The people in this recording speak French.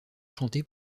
chantée